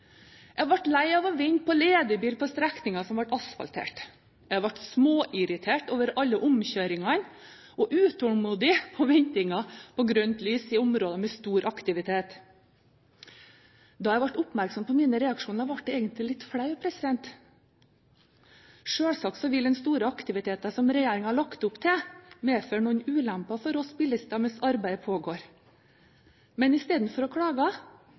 Jeg ble lei av å vente på ledebil på strekninger som ble asfaltert, jeg ble småirritert over alle omkjøringene og utålmodig av ventingen på grønt lys i områder med stor aktivitet. Da jeg ble oppmerksom på mine reaksjoner, ble jeg egentlig litt flau. Selvsagt vil den store aktiviteten som regjeringen har lagt opp til, medføre noen ulemper for oss bilister mens arbeidet pågår. Men istedenfor å klage,